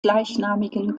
gleichnamigen